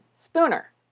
Spooner